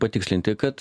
patikslinti kad